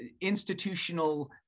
institutional